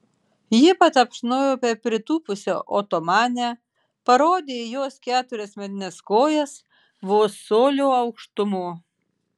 ji patapšnojo per pritūpusią otomanę parodė į jos keturias medines kojas vos colio aukštumo